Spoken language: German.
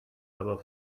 aber